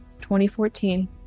2014